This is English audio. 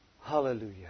Hallelujah